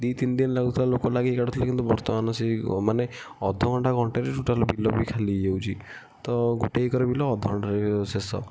ଦୁଇ ତିନି ଦିନ ଲାଗୁଥିଲା ଲୋକ ଲାଗିକି କାଟୁଥିଲେ କିନ୍ତୁ ବର୍ତ୍ତମାନ ସେଇମାନେ ଅଧଘଣ୍ଟା ଘଣ୍ଟାରେ ଟୋଟାଲ୍ ବିଲ ବି ଖାଲି ହୋଇଯାଉଛି ତ ଗୋଟେ ଏକର ବିଲ ଅଧ ଘଣ୍ଟାରେ ଶେଷ